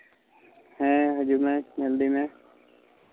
ᱦᱮᱸ ᱦᱤᱡᱩᱜ ᱢᱮ ᱧᱮᱞ ᱤᱫᱤ ᱢᱮ